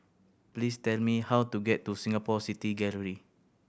please tell me how to get to Singapore City Gallery